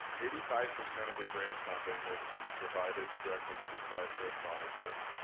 eighty five percent of the grant funding will be provided directly to child care scholarships.